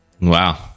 Wow